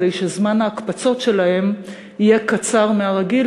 כדי שזמן ההקפצות שלהם יהיה קצר מהרגיל,